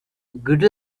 good